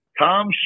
Tom